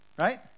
Right